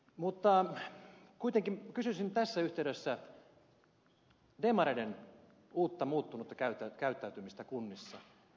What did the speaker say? mutta kuitenkin kysyisin tässä yhteydessä demareiden uutta muuttunutta käyttäytymistä kunnissa